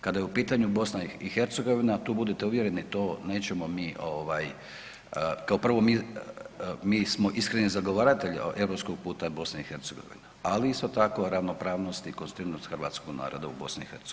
Kada je u pitanju BiH tu budite uvjereni to nećemo mi ovaj kao prvo mi smo iskreni zagovaratelji europskog puta BiH, ali isto tako ravnopravnosti i konstitutivnosti hrvatskog naroda u BiH.